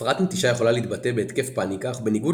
הפרעת נטישה יכולה להתבטא בהתקף פאניקה אך בניגוד